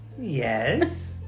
Yes